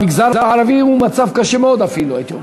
במגזר הערבי הוא מצב קשה מאוד אפילו, הייתי אומר.